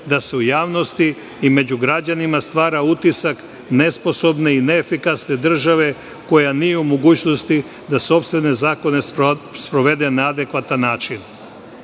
da se u javnosti i među građanima, stvara utisak nesposobne i neefikasne države koja nije u mogućnosti da sopstvene zakone sprovede na adekvatan način. Na